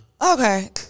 Okay